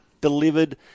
delivered